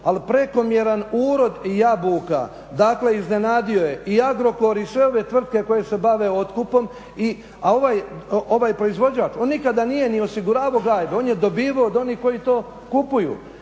ali prekomjeran urod jabuka, dakle iznenadio je i Agrokor i sve ove tvrtke koje se bave otkupom, a ovaj proizvođač, on nikada nije ni osiguravao gajbe, on je dobivao od onih koji to kupuju.